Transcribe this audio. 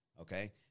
okay